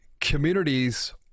communities